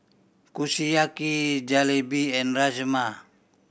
Kushiyaki Jalebi and Rajma